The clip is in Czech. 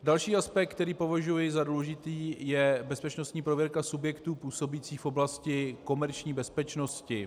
Další aspekt, který považuji za důležitý, je bezpečnostní prověrka subjektů působících v oblasti komerční bezpečnosti.